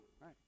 right